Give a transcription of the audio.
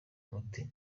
umuti